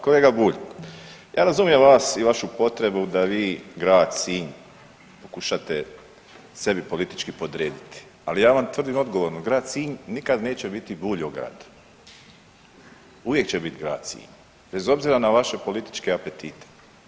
Kolega Bulj ja razumijem vas i vašu potrebu da vi grad Sinj pokušate sebi politički podrediti, ali ja vam tvrdim odgovorno grad Sinj nikada neće biti buljograd, uvijek će biti grad Sinj bez obzira na vaše političke apetite.